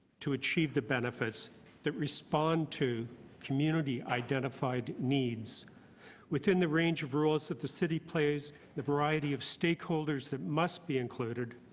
to achieve the benefits that respond to community identified needs within the range of roles that the city plays the variety of stakeholders that must be included,